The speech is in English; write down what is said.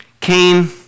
Cain